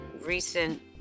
recent